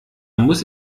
muss